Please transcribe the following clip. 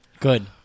Good